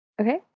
Okay